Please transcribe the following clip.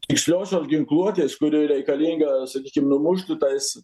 tiksliosios ginkluotės kuri reikalinga sakykim numušti tas